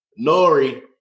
Nori